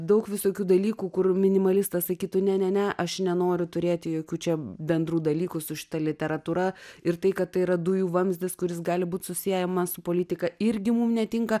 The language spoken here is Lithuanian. daug visokių dalykų kur minimalistas sakytų ne ne ne aš nenoriu turėti jokių čia bendrų dalykų su šita literatūra ir tai kad tai yra dujų vamzdis kuris gali būt susiejamas su politika irgi mum netinka